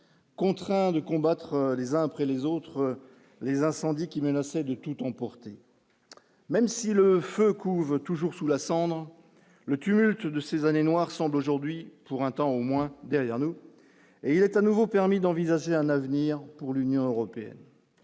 contraints de combattre les uns après les autres les incendies qui menaçaient de tout ont porté, même si le feu couve toujours sous la cendre, le tumulte de ces années noires semblent aujourd'hui pour un temps au moins derrière nous et il est à nouveau permis d'envisager un avenir pour l'Union européenne